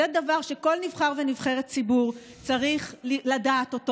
זה דבר שכל נבחר ונבחרת ציבור צריך לדעת,